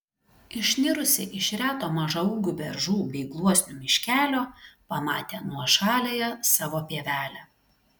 išnirusi iš reto mažaūgių beržų bei gluosnių miškelio pamatė nuošaliąją savo pievelę